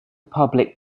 public